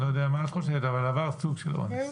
אני לא יודע מה את חושבת, אבל עברת סוג של אונס.